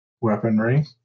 weaponry